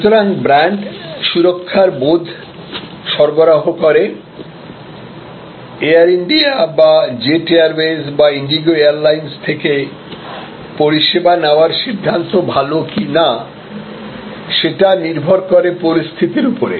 সুতরাং ব্র্যান্ড সুরক্ষার বোধ সরবরাহ করে এয়ার ইন্ডিয়া বা জেট এয়ারওয়েজ বা ইন্ডিগো এয়ারলাইন থেকে পরিষেবা নেওয়ার সিদ্ধান্ত ভাল কিনা সেটা নির্ভর করে পরিস্থিতির উপর